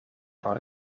van